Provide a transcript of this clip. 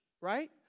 right